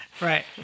Right